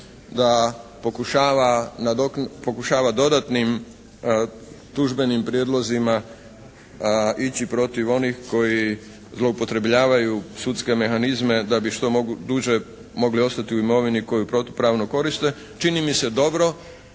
da pokušava dodatnim tužbenim prijedlozima ići protiv onih koji zloupotrebljavaju sudske mehanizme da bi što duže mogli ostati u imovini koju protupravno koriste, čini mi se dobro,